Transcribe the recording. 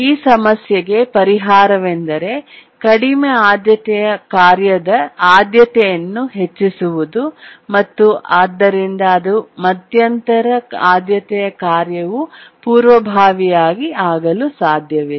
ಈ ಸಮಸ್ಯೆಗೆ ಪರಿಹಾರವೆಂದರೆ ಕಡಿಮೆ ಆದ್ಯತೆಯ ಕಾರ್ಯದ ಆದ್ಯತೆಯನ್ನು ಹೆಚ್ಚಿಸುವುದು ಮತ್ತು ಆದ್ದರಿಂದ ಮಧ್ಯಂತರ ಆದ್ಯತೆಯ ಕಾರ್ಯವು ಪೂರ್ವಭಾವಿಯಾಗಿ ಆಗಲು ಸಾಧ್ಯವಿಲ್ಲ